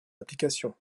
application